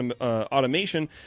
automation